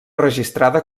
registrada